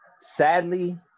Sadly